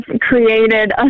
created